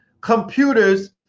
computers